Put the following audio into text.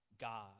God